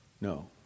No